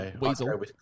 weasel